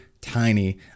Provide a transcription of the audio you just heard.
tiny